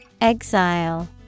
Exile